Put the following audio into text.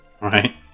Right